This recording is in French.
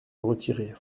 retirer